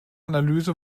analyse